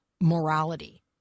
morality